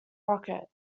rocket